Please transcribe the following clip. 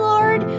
Lord